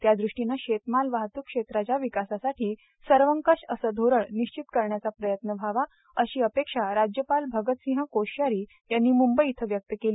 त्यादृष्टीने शेतमाल वाहतूक क्षेत्राच्या विकासासाठी सर्वकष असे धोरण निश्चित करण्याचा प्रयत्न व्हावा अशी अपेक्षा राज्यपाल अगत सिंह कोश्यारी यांनी म्ंबई इथं व्यक्त केली